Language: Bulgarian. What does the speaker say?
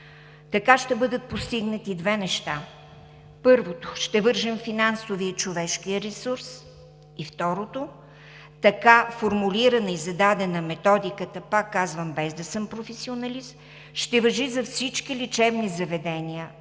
Така ще бъдат постигнати две неща: първо, ще вържем финансовия и човешкия ресурс и, второ, така формулирана и зададена методиката, пак казвам, без да съм професионалист, ще важи за всички лечебни и